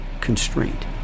constraint